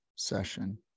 session